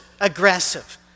aggressive